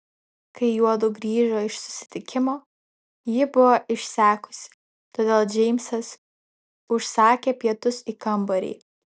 kai juodu grįžo iš susitikimo ji buvo išsekusi todėl džeimsas užsakė pietus į kambarį